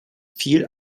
viel